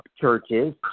churches